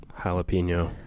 Jalapeno